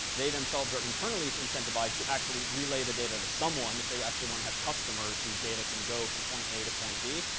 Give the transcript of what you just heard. they themselves are internally incentivized to actually relay the data to someone if they actually want to have customers whose data can go from point a to point b.